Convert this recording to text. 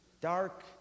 Dark